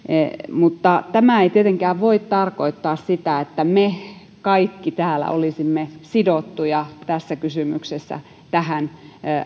mutta tämä ei tietenkään voi tarkoittaa sitä että me kaikki täällä olisimme sidottuja tässä kysymyksessä tähän